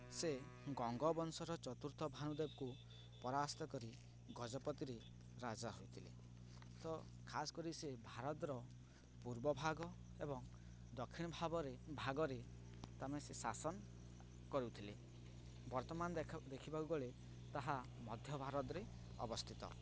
ସେ ଗଙ୍ଗବଂଶର ଚତୁର୍ଥ ଭାନୁଦେବକୁ ପରାସ୍ତ କରି ଗଜପତିରେ ରାଜା ହୋଇଥିଲେ ତ ଖାସ୍ କରି ସେ ଭାରତର ପୂର୍ବଭାଗ ଏବଂ ଦକ୍ଷିଣ ଭାବରେ ଭାଗରେ ତମେ ସେ ଶାସନ କରୁଥିଲେ ବର୍ତ୍ତମାନ ଦେଖ ଦେଖିବାକୁ ଗଲେ ତାହା ମଧ୍ୟ ଭାରତରେ ଅବସ୍ଥିତ